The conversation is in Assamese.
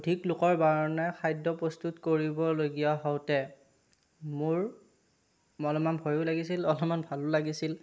ঠিক লোকৰ কাৰণে খাদ্য প্ৰস্তুত কৰিবলগীয়া হওতে মোৰ অলপমান ভয়ো লাগিছিল অলপমান ভালো লাগিছিল